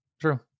true